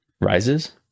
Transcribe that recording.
Rises